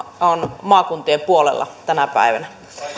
on maakuntien puolella tänä päivänä